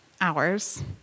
hours